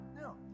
No